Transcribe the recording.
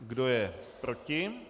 Kdo je proti?